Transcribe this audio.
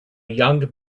young